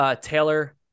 Taylor